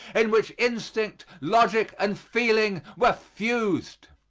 in which instinct, logic and feeling were fused.